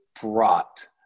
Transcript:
brought